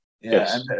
Yes